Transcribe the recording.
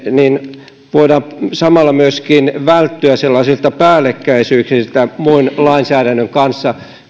niin voidaan samalla myöskin välttyä päällekkäisyyksiltä muun lainsäädännön kanssa